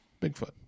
Bigfoot